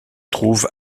trouve